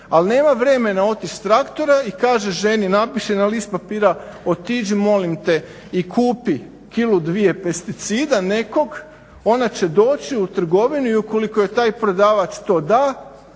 ali nema vremena otići s traktora i kaže ženi, napiši na list papira, otiđi molim te i kupi kilu dvije pesticida nekog ona će doći u trgovinu i ukoliko joj taj predavač to da,